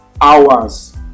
hours